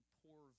poor